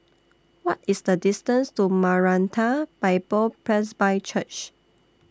What IS The distance to Maranatha Bible Presby Church